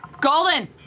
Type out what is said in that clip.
Golden